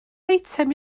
eitem